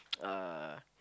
uh